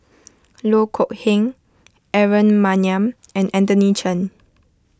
Loh Kok Heng Aaron Maniam and Anthony Chen